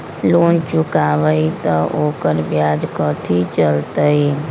Loan चुकबई त ओकर ब्याज कथि चलतई?